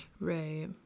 Right